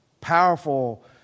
Powerful